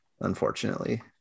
unfortunately